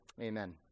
Amen